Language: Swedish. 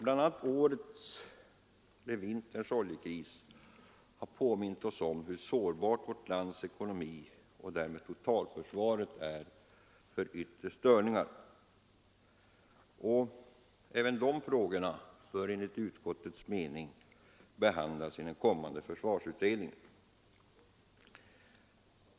Bland annat vinterns oljekris har påmint om hur sårbar vårt lands ekonomi och därmed totalförsvaret är för yttre störningar. Även dessa frågor bör enligt utskottets mening behandlas i den kommande försvarsutredningen.